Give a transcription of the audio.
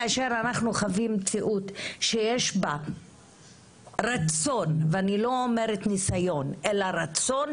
כאשר אנחנו חווים מציאות שיש בה רצון אני לא אומרת ניסיון אלא רצון